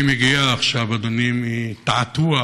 אני מגיע עכשיו, אדוני, מתעתוע